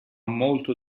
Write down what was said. molto